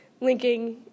linking